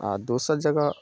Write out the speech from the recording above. आओर दोसर जगह